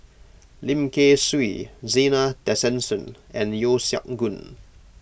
Lim Kay Siu Zena Tessensohn and Yeo Siak Goon